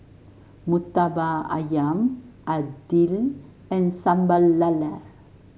murtabak ayam idly and Sambal Lala